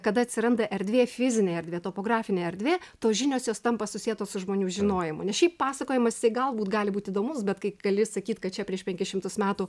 kada atsiranda erdvė fizinė erdvė topografinė erdvė tos žinios jos tampa susietos su žmonių žinojimu nes šiaip pasakojimas jisai galbūt gali būti įdomus bet kai gali sakyt kad čia prieš penkis šimtus metų